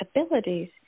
abilities